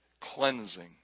cleansing